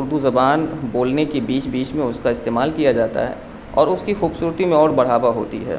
اردو زبان بولنے کے بیچ بیچ میں اس کا استعمال کیا جاتا ہے اور اس کی خوبصورتی میں اور بڑھاوا ہوتی ہے